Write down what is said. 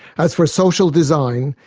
as for social design,